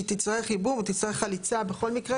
שהיא תצטרך ייבום ותצטרך חליצה בכל מקרה.